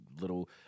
little